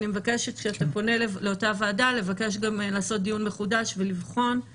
אני מבקשת שכשאתה פונה לאותה ועדה אז לבקש לעשות גם דיון מחודש ולבחון,